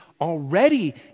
already